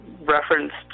referenced